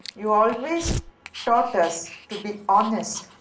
you always taught us, to be honest.